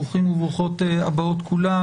ברוכים וברוכות הבאות כולם,